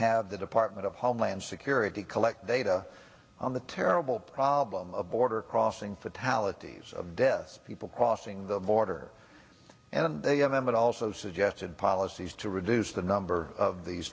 have the department of homeland security collect data on the terrible problem of border crossing fatalities of deaf people crossing the border and they have them but also suggested policies to reduce the number of these